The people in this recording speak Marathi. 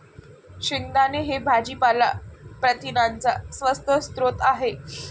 शेंगदाणे हे भाजीपाला प्रथिनांचा स्वस्त स्रोत आहे